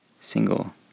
single